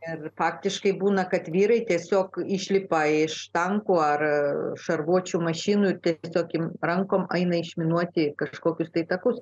ir faktiškai būna kad vyrai tiesiog išlipa iš tankų ar šarvuočių mašinųrankom eina išminuoti kažkokius tai takus